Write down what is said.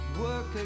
work